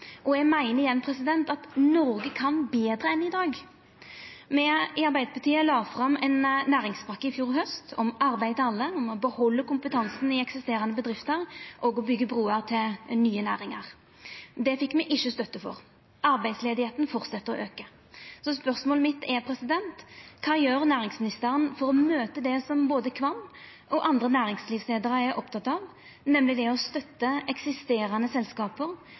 Eg meiner – igjen – at Noreg kan betre enn i dag. Me i Arbeidarpartiet la fram ein næringspakke i fjor haust om arbeid til alle – om å behalda kompetansen i eksisterande bedrifter og å byggja bru til nye næringar. Det fekk me ikkje støtte for. Arbeidsløysa aukar framleis. Så spørsmålet mitt er: Kva gjer næringsministeren for å møta det som både Qvam og andre næringslivsleiarar er opptekne av, nemleg det å støtta eksisterande